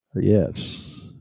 Yes